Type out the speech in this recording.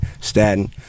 Staten